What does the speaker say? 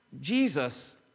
Jesus